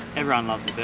everyone loves